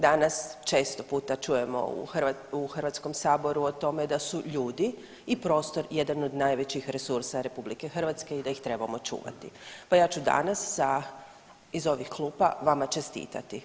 Danas često puta čujemo u Hrvatskom saboru o tome da su ljudi i prostor jedan od najvećih resursa Republike Hrvatske i da ih trebamo čuvati, pa ja ću danas iz ovih klupa vama čestitati.